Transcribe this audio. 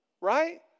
Right